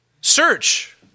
search